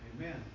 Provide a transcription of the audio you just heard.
Amen